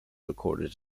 recorded